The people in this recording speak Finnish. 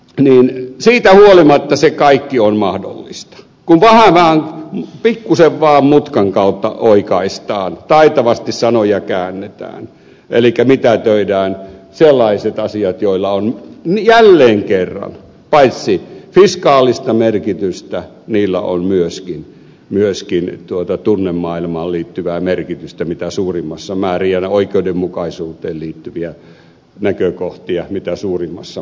siitä huolimatta se kaikki on mahdollista kun pikkusen vaan mutkan kautta oikaistaan taitavasti sanoja käännetään elikkä mitätöidään sellaiset asiat joilla on jälleen kerran paitsi fiskaalista merkitystä myöskin tunnemaailmaan liittyvää merkitystä mitä suurimmassa määrin ja oikeudenmukaisuuteen liittyviä näkökohtia mitä suurimmassa määrin